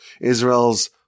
Israel's